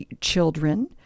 children